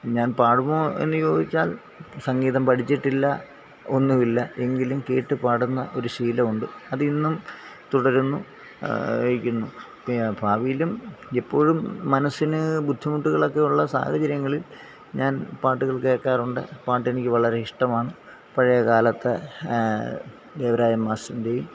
ഞാൻ പാടുമോ എന്ന് ചോദിച്ചാൽ സംഗീതം പഠിച്ചിട്ടില്ല ഒന്നും ഇല്ല എങ്കിലും കേട്ടു പാടുന്ന ഒരു ശീലം ഉണ്ട് അത് ഇന്നും തുടരുന്നു ഭാവിയിലും എപ്പോഴും മനസ്സിന് ബുദ്ധിമുട്ടുകളൊക്കെ ഉള്ള സാഹചര്യങ്ങളിൽ ഞാൻ പാട്ടുകൾ കേൾക്കാറുണ്ട് പാട്ട് എനിക്ക് വളരെ ഇഷ്ടമാണ് പഴയ കാലത്തെ ദേവരാജൻ മാസ്റ്ററിൻ്റെയും